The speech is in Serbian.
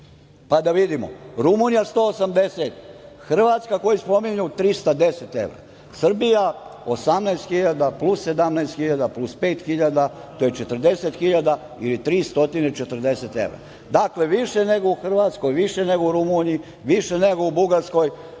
Pa da vidimo, Rumunija 180, Hrvatska koju spominju 310 evra, Srbija 18 hiljada, plus 17 hiljada, plus pet hiljada, to je 40 hiljada ili 340 evra. Dakle, više nego u Hrvatskoj, više nego u Rumuniji, više nego u Bugarskoj,